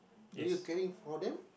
do you caring for them